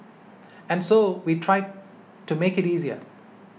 and so we try to make it easier